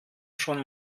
schon